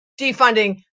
defunding